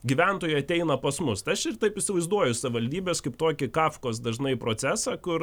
gyventojai ateina pas mus tai aš ir taip įsivaizduoju savivaldybes kaip tokį kafkos dažnai procesą kur